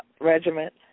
Regiment